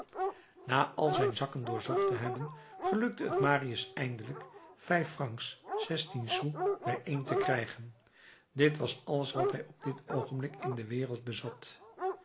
na al zijn zakken doorzocht te hebben gelukte het marius eindelijk vijf francs zestien sous bijeen te krijgen dit was alles wat hij op dit oogenblik in de wereld bezat